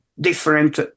different